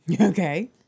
okay